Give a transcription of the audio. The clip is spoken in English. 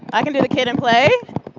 i can do the kid and play.